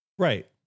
Right